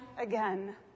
again